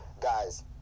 guys